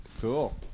Cool